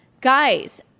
Guys